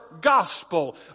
gospel